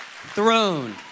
throne